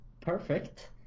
perfect